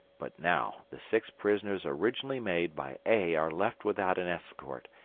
but now the six prisoners originally made by a are left without an escort,